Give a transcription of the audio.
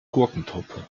gurkentruppe